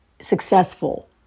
successful